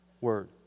word